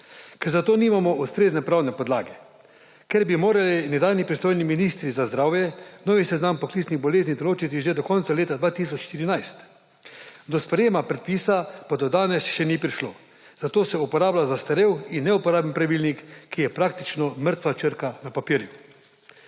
ker za to nimamo ustrezne pravne podlage, ker bi morali nekdanji pristojni ministri za zdravje nov seznam poklicnih bolezni določiti že do konca leta 2014, do sprejetja predpisa pa do danes še ni prišlo. Zato se uporablja zastarel in neuporaben pravilnik, ki je praktično mrtva črka na papirju.